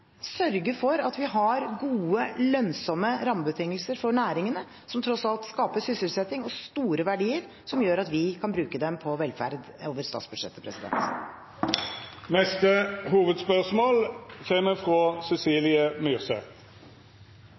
sørge for at vi har gode, lønnsomme rammebetingelser for næringene, som tross alt skaper sysselsetting og store verdier som gjør at vi kan bruke dem på velferd over statsbudsjettet. Me går vidare til neste